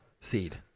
seed